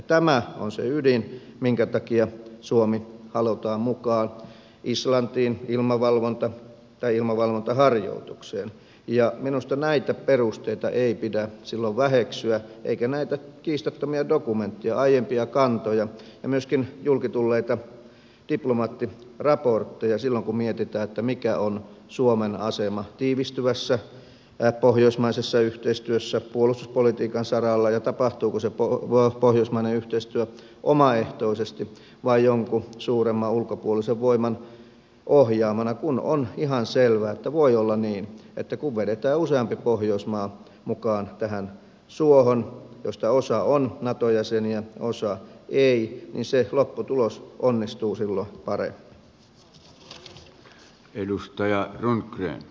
tämä on se ydin minkä takia suomi halutaan mukaan islantiin ilmavalvontaharjoitukseen ja minusta näitä perusteita ei pidä silloin väheksyä eikä näitä kiistattomia dokumentteja aiempia kantoja ja myöskään julki tulleita diplomaattiraportteja silloin kun mietitään mikä on suomen asema tiivistyvässä pohjoismaisessa yhteistyössä puolustuspolitiikan saralla ja tapahtuuko se pohjoismainen yhteistyö omaehtoisesti vai jonkun suuremman ulkopuolisen voiman ohjaamana kun on ihan selvää että voi olla niin että kun vedetään useampi pohjoismaa mukaan tähän suohon joista osa on nato jäseniä osa ei niin se lopputulos onnistuu silloin paremmin